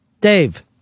Dave